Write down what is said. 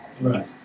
Right